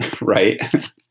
right